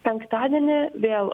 penktadienį vėl